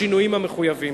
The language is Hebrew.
בשינויים המחויבים.